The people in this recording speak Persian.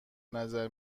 نظر